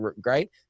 great